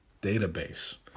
database